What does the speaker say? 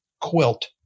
quilt